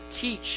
teach